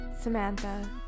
samantha